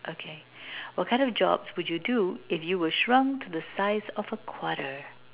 okay what kind of jobs would you do if you were shrunk to a size of a quarter